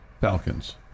Falcons